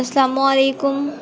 السلام علیکم